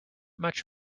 much